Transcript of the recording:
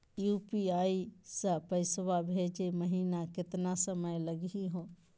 UPI स पैसवा भेजै महिना केतना समय लगही हो?